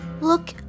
Look